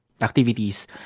activities